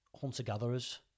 hunter-gatherers